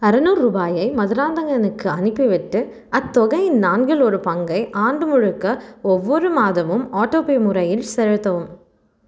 அறநூறு ருபாயை மதுராந்தகனுக்கு அனுப்பிவிட்டு அத்தொகையின் நான்கில் ஒரு பங்கை ஆண்டு முழுக்க ஒவ்வொரு மாதமும் ஆட்டோபே முறையில் செலுத்தவும்